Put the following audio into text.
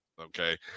Okay